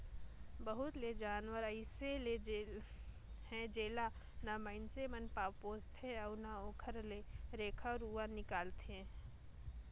बहुत से जानवर अइसे हे जेला ल माइनसे मन पोसथे अउ ओखर ले रेखा रुवा निकालथे